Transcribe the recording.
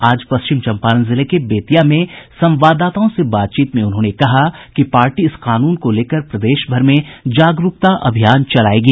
आज पश्चिम चंपारण जिले के बेतिया में संवाददाताओं से बातचीत में उन्होंने कहा कि पार्टी इस कानून को लेकर प्रदेश भर में जागरूकता अभियान चलायेगी